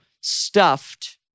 stuffed